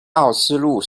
奥斯陆